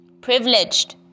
privileged